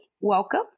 Welcome